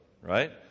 right